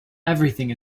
everything